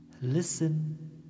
listen